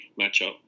matchup